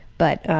but